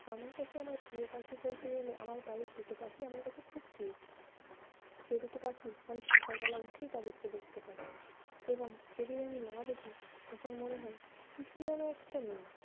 আমার কাছে আমার প্রিয় পাখি বলতে গেলে আমার বাড়ির দুটো পাখি আমার কাছে খুব প্রিয় যে দুটো পাখি আমি সকালবেলা উঠেই তাদেরকে দেখতে পাই এবং যেদিন আমি না দেখি তখন মনে হয় কিছু যেন একটা নেই